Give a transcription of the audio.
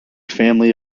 family